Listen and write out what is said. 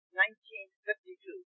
1952